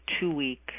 two-week